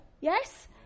Yes